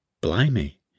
Blimey